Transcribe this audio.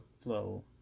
flow